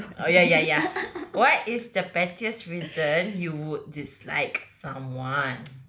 oh ya ya ya what is the pettiest reason you would dislike someone